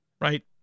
right